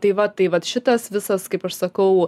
tai va tai vat šitas visas kaip aš sakau